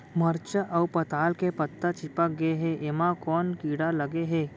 मरचा अऊ पताल के पत्ता चिपक गे हे, एमा कोन कीड़ा लगे है?